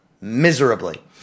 miserably